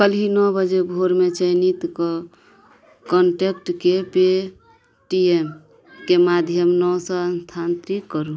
काल्हि नओ बजे भोरमे चयनित कऽ कॉन्टैक्टके पेटीएमके माध्यम नओ सओ स्थानान्तरित करू